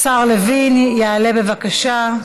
השר לוין יעלה, בבקשה.